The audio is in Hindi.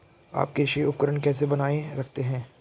आप कृषि उपकरण कैसे बनाए रखते हैं?